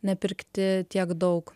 nepirkti tiek daug